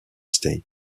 state